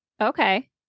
okay